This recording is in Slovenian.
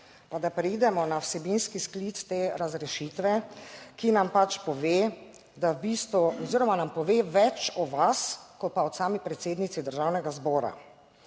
Pa, da preidemo na vsebinski sklic te razrešitve, ki nam pač pove, da v bistvu oziroma nam pove več o vas kot pa o sami predsednici Državnega zbora